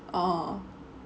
oh